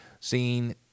seen